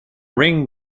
ring